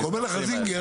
אבל אומר לך זינגר,